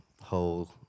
whole